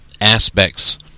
aspects